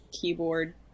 keyboard